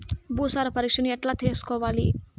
భూసార పరీక్షను ఎట్లా చేసుకోవాలి?